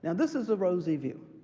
and this is a rosy view,